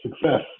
success